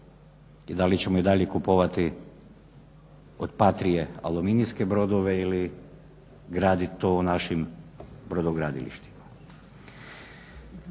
i da li ćemo i dalje kupovati od Patrie aluminijske brodove ili graditi to u našim brodogradilištima?